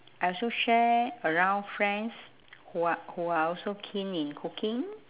I also share around friends who are who are also keen in cooking